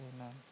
Amen